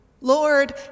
Lord